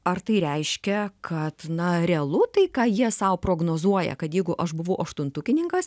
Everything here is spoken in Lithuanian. ar tai reiškia kad na realu tai ką jie sau prognozuoja kad jeigu aš buvau aštuntukininkas